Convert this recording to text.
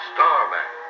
Starman